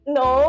no